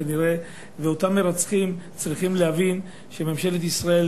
ואותם מרצחים צריכים להבין שידה הארוכה של ממשלת ישראל